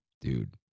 Dude